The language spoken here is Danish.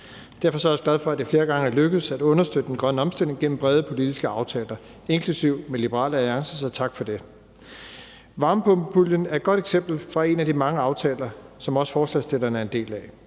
Derfor er jeg også glad for, at det flere gange er lykkedes at understøtte den grønne omstilling gennem brede politiske aftaler, inklusive med Liberal Alliance, så tak for det. Varmepumpepuljen er et godt eksempel på det fra en af de mange aftaler, som også forslagsstillerne er en del af.